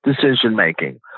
decision-making